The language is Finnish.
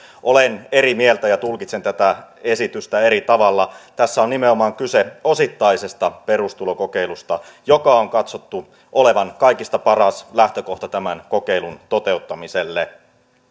olen eri mieltä ja tulkitsen tätä esitystä eri tavalla tässä on nimenomaan kyse osittaisesta perustulokokeilusta jonka on katsottu olevan kaikista paras lähtökohta tämän kokeilun toteuttamiselle